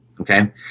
Okay